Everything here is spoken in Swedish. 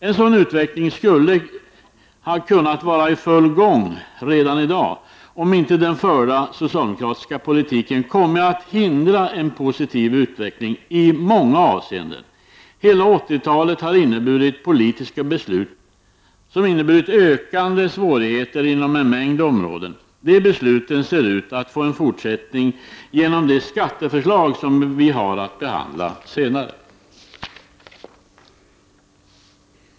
En sådan utveckling skulle ha kunnat vara i full gång redan i dag, om inte den förda socialdemokratiska politiken i många avseenden hade kommit att hindra en positiv utveckling. Under hela 80-talet har det fattats politiska beslut som har inneburit ökande svårigheter inom en mängd områden. Dessa beslut ser ut att få en fortsättning genom de skatteförslag som vi har att behandla senare.